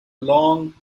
long